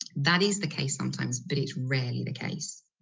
that is the case sometimes, but it's rarely the case.